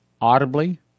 audibly